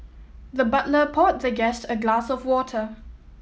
the butler poured the guest a glass of water